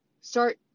start